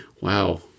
Wow